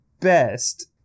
best